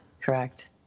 correct